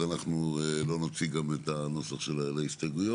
אז אנחנו לא נוציא גם את הנוסח להסתייגויות,